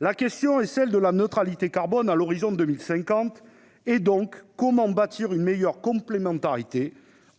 La question est celle de la neutralité carbone à l'horizon 2050. Pour l'atteindre, comment bâtir une meilleure complémentarité